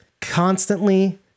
constantly